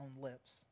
lips